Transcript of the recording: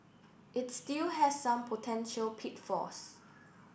it still has some potential pitfalls